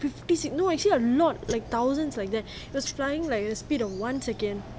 fifty no actually a lot like thousands like that that's like flying like the speed of one second